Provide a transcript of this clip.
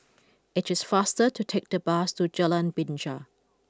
it is faster to take the bus to Jalan Binja